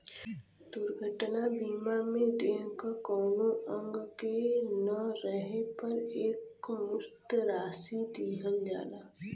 दुर्घटना बीमा में देह क कउनो अंग के न रहे पर एकमुश्त राशि दिहल जाला